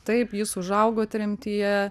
taip jis užaugo tremtyje